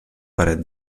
paret